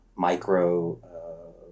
micro